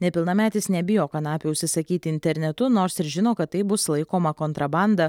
nepilnametis nebijo kanapių užsisakyti internetu nors ir žino kad taip bus laikoma kontrabanda